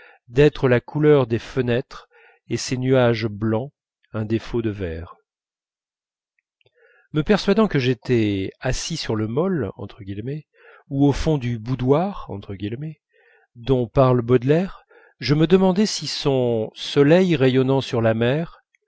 d'être la couleur des fenêtres et ses nuages blancs un défaut du verre me persuadant que j'étais assis sur le môle ou au fond du boudoir dont parle baudelaire je me demandais si son soleil rayonnant sur la mer